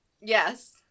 Yes